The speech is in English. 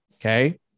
Okay